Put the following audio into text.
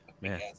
Man